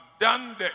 done